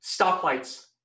stoplights